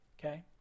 Okay